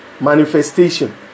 manifestation